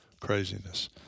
Craziness